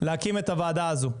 להקים את הוועדה הזו.